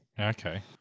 Okay